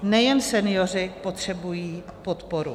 Nejen senioři potřebují podporu.